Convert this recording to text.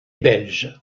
belge